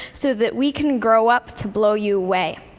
so that we can grow up to blow you away.